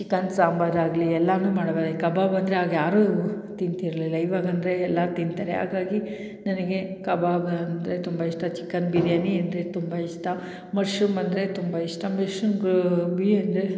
chicken sambar ಆಗಲಿ ಎಲ್ಲನೋ ಮಾಡುವರೆ ಕಬಾಬ್ ಅಂದರೆ ಆಗ ಯಾರೂ ತಿಂತಿರಲಿಲ್ಲ ಈವಾಗ ಅಂದರೆ ಎಲ್ಲ ತಿಂತಾರೆ ಹಾಗಾಗಿ ನನಗೆ ಕಬಾಬ್ ಅಂದರೆ ತುಂಬ ಇಷ್ಟ ಚಿಕನ್ ಬಿರಿಯಾನಿ ಅಂದರೆ ತುಂಬ ಇಷ್ಟ ಮಶ್ರೂಮ್ ಅಂದರೆ ತುಂಬ ಇಷ್ಟ ಮಶ್ರೂಮ್ ಗೋಬಿ ಅಂದರೆ